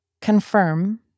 confirm